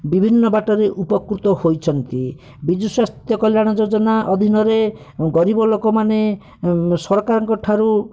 ବିଭିନ୍ନ ବାଟରେ ଉପକୃତ ହୋଇଛନ୍ତି ବିଜୁ ସ୍ୱାସ୍ଥ୍ୟ କଲ୍ୟାଣ ଯୋଜନା ଅଧୀନରେ ଗରିବ ଲୋକମାନେ ସରକାରଙ୍କଠାରୁ